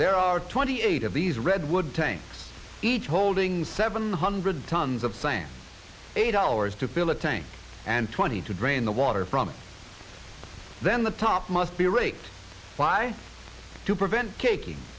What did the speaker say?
there are twenty eight of these redwood tanks each holding seven hundred tons of science eight hours to fill a tank and twenty to drain the water from its then the top must be raked by to prevent caking